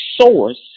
source